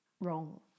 wrong